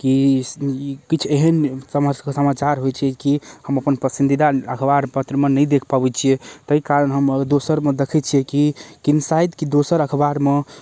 की किछु एहन समा समाचार होइ छै कि हम अपन पसन्दीदा अखबार पत्रमे नहि देख पबै छियै तै कारण हम दोसरमे देखै छियै की कि शायद कि दोसर अखबारमे